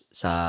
sa